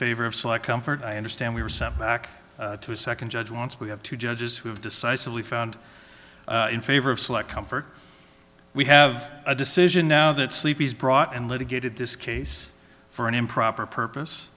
favor of select comfort i understand we were sent back to a second judge wants we have two judges who have decisively found in favor of select comfort we have a decision now that sleepy's brought and litigated this case for an improper purpose